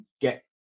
get